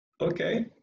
Okay